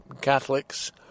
Catholics